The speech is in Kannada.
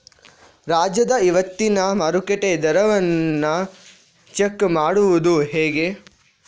ರಾಜ್ಯದ ಇವತ್ತಿನ ಮಾರುಕಟ್ಟೆ ದರವನ್ನ ಚೆಕ್ ಮಾಡುವುದು ಹೇಗೆ?